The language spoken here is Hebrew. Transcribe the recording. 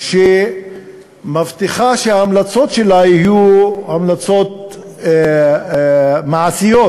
שמבטיחה שההמלצות שלה יהיו המלצות מעשיות.